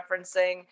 referencing